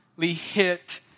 hit